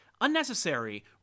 unnecessary